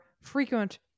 frequent